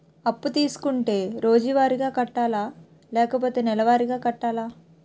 అప్పు తీసుకుంటే రోజువారిగా కట్టాలా? లేకపోతే నెలవారీగా కట్టాలా?